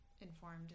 informed